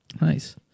Nice